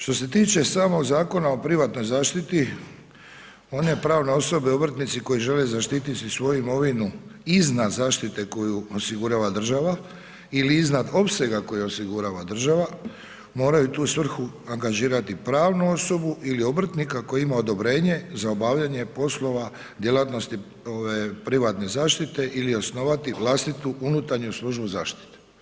Što se tiče samom Zakona o privatnoj zaštiti one pravne osobe i obrtnici koje žele zaštiti i svoju imovinu iznad zaštite koju osigurava država ili iznad opsega koji osigurava država moraju u tu svrhu angažirati pravnu osobu ili obrtnika koji ima odobrenje za obavljanje poslova djelatnosti ove privatne zaštite ili osnovati vlastitu unutarnju službu zaštite.